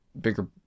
bigger